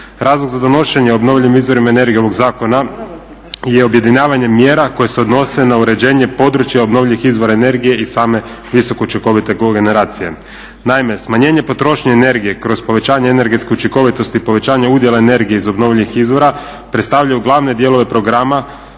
Razlog za donošenje o obnovljivih izvora energije ovog zakona je objedinjavanje mjera koje se odnose na uređenje područja obnovljivih izvora energije i same visokoučinkovite kogeneracije. Naime, smanjenje potrošnje energije kroz povećanje energetske učinkovitosti, povećanja udjela energije iz obnovljivih izvora predstavljaju glavne dijelove programa